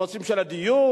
הנושאים של הדיור,